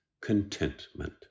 Contentment